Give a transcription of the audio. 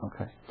okay